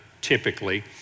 typically